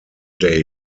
day